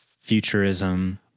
futurism